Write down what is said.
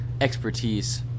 expertise